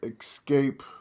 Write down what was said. escape